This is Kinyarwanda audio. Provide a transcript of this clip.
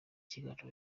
kiganiro